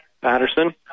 Patterson